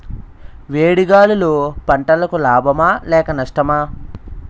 వేడి గాలులు పంటలకు లాభమా లేక నష్టమా?